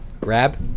grab